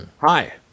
hi